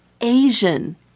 Asian